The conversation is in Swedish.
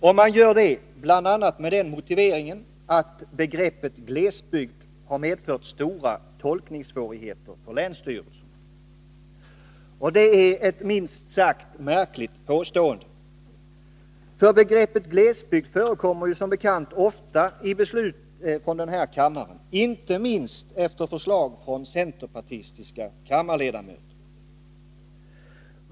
Och man gör det bl.a. med den motiveringen att begreppet glesbygd har medfört stora tolkningssvårigheter för länsstyrelserna. Det är ett minst sagt märkligt påstående. Begreppet glesbygd förekommer ju som bekant ofta i beslut från denna kammare — inte minst efter förslag från centerpartistiska kammarledamöter.